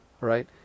right